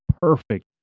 perfect